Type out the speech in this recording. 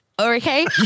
Okay